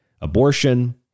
abortion